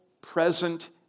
present